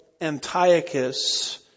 Antiochus